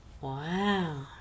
Wow